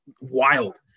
wild